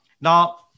Now